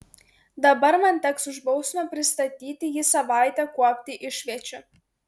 dabar man teks už bausmę pristatyti jį savaitę kuopti išviečių